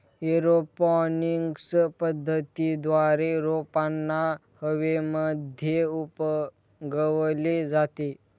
aeroponics पद्धतीद्वारे रोपांना हवेमध्ये उगवले जाते